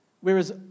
Whereas